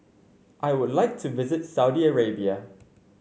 I would like to visit Saudi Arabia